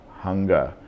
hunger